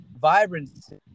vibrancy